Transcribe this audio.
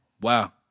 Wow